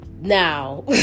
Now